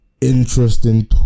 interesting